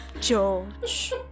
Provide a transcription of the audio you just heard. George